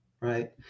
right